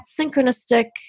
synchronistic